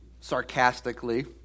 sarcastically